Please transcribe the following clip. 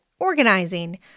Organizing